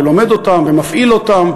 ולומד אותם ומפעיל אותם.